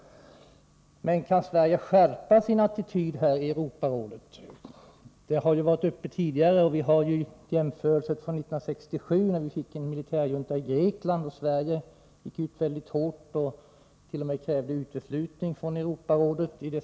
Men kan Sverige skärpa sin attityd i Europarådet? Frågan har ju varit uppe tidigare, och vi kan jämföra med situationen 1967 då Grekland fick en militärjunta. Då gick Sverige mycket långt och krävde t.o.m. Greklands uteslutning ur Europarådet.